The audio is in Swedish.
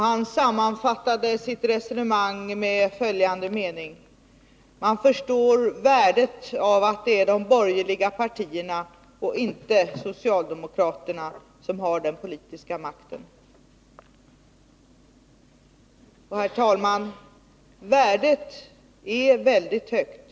Han sammanfattade sitt resonemangi följande mening: Man förstår värdet av att det är de borgerliga partierna och inte socialdemokraterna som har den politiska makten. Herr talman! Det värdet är väldigt högt.